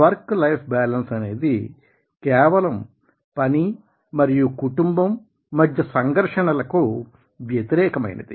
work life balance అనేది కేవలం పని మరియు కుటుంబం మధ్య సంఘర్షణలకు వ్యతిరేకమైనది